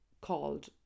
called